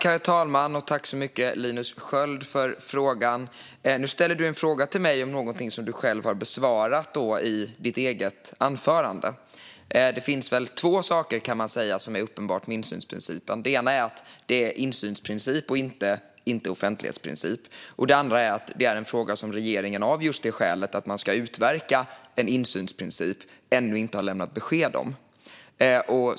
Herr talman! Jag tackar Linus Sköld för frågan - en fråga om något han redan har besvarat i sitt anförande. Två saker är uppenbara med insynsprincipen. Den ena är att det är en insynsprincip och inte en offentlighetsprincip. Den andra är att det är en fråga som regeringen av just skälet att man ska utverka en insynsprincip ännu inte har lämnat besked om.